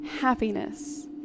happiness